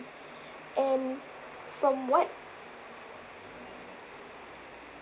and from what